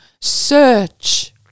Search